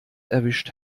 erwischt